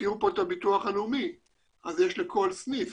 הזכירו כאן את הביטוח הלאומי ולכל סניף